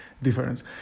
difference